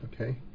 okay